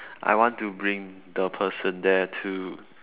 I want to bring the person there too